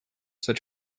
such